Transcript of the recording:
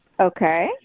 okay